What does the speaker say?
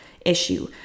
issue